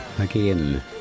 again